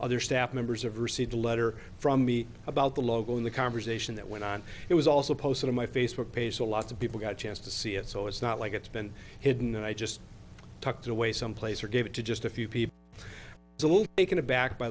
other staff members have received a letter from me about the logo in the conversation that went on it was also posted on my facebook page so lots of people got a chance to see it so it's not like it's been hidden i just tucked away someplace or gave it to just a few people a little taken aback by